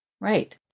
Right